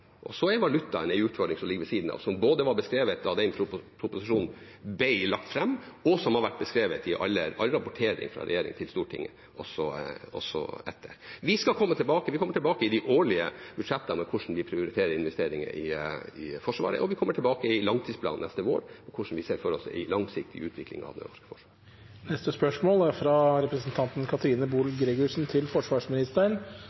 Så er valutaen en utfordring som ligger ved siden av, som både var beskrevet da proposisjonen ble lagt fram, og har vært beskrevet i all rapportering fra regjering til Stortinget, også etterpå. Vi skal komme tilbake – vi kommer tilbake i de årlige budsjettene med hvordan vi prioriterer investeringer i Forsvaret, og vi kommer tilbake i langtidsplanen neste vår med hvordan vi ser for oss en langsiktig utvikling av det norske forsvaret. Dette spørsmålet, fra representanten Katrine